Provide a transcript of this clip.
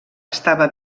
estava